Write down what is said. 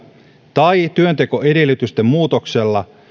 tai työntekoedellytysten muutoksella